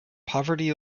poverty